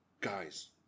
guys